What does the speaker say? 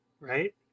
right